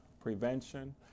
prevention